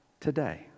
today